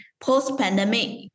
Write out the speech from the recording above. post-pandemic